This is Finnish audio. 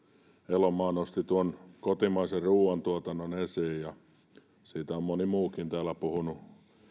elomaa nosti kotimaisen ruoantuotannon esiin ja siitä on moni muukin täällä puhunut